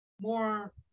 more